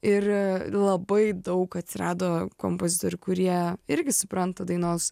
ir labai daug atsirado kompozitorių kurie irgi supranta dainos